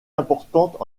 importantes